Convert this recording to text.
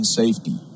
safety